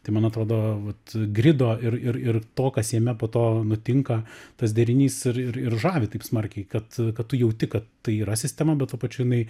tai man atrodo vat grido ir ir ir to kas jame po to nutinka tas derinys ir ir ir žavi taip smarkiai kad kad tu jauti kad tai yra sistema bet tuo pačiu jinai